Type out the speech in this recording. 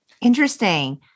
Interesting